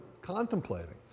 contemplating